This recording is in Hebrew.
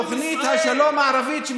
תוכנית השלום הערבית,